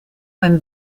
when